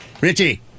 Richie